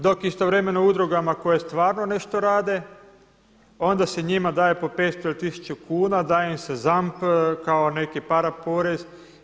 Dok istovremeno udrugama koje stvarno nešto rade, onda se njima daje po 500 ili 1000 kuna, daje im se ZAMP kao neki para porez.